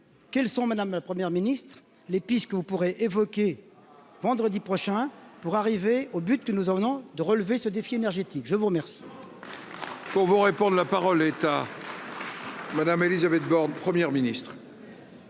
quelles sont Madame la première ministre les pistes que vous pourrez évoqué vendredi prochain pour arriver au but que nous en venons de relever ce défi énergétique, je vous remercie. Pour vous répondre, la parole est à. Madame Élisabeth Borne Première ministre.